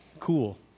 Cool